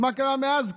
מה קרה מאז?